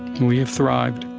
and we have thrived.